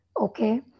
Okay